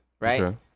right